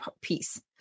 piece